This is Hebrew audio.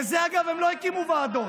לזה, אגב, הם לא הקימו ועדות,